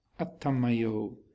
attamayo